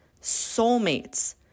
soulmates